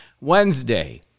Wednesday